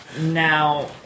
Now